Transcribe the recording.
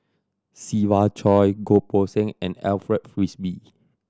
Siva Choy Goh Poh Seng and Alfred Frisby